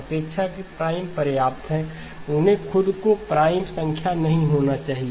अपेक्षाकृत प्राइम पर्याप्त है उन्हें खुद को प्राइम संख्या नहीं होना चाहिए